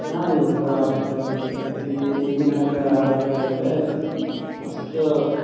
ಚೆನ್ನಾಗ್ ಇರ್ತವೆ ಅರ್ಥಗರ್ಭಿತ ಈ ಈಗಿನ ಕಾಲದ ಹಾಡು ಕೇಳೋದಾದರೆ ಅಷ್ಟರ